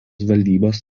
valdybos